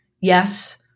Yes